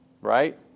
Right